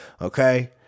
Okay